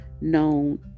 known